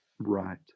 right